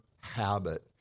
habit